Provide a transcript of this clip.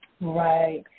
Right